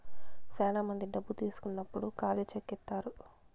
శ్యానా మంది డబ్బు తీసుకున్నప్పుడు ఖాళీ చెక్ ఇత్తారు